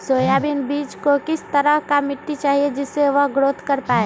Soybean बीज को किस तरह का मिट्टी चाहिए जिससे वह ग्रोथ कर पाए?